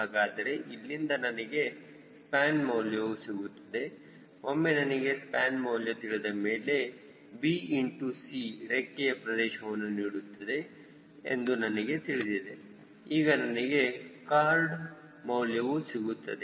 ಹಾಗಾದರೆ ಇಲ್ಲಿಂದ ನನಗೆ ಸ್ಪ್ಯಾನ್ ಮೌಲ್ಯವು ಸಿಗುತ್ತದೆ ಒಮ್ಮೆ ನನಗೆ ಸ್ಪ್ಯಾನ್ ಮೌಲ್ಯ ತಿಳಿದಮೇಲೆ b ಇಂಟು c ರೆಕ್ಕೆಯ ಪ್ರದೇಶವನ್ನು ನೀಡುತ್ತದೆ ಎಂದು ನನಗೆ ತಿಳಿದಿದೆ ಈಗ ನನಗೆ ಖಾರ್ಡ್ ಮೌಲ್ಯವು ಸಿಗುತ್ತದೆ